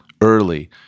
early